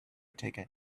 ticket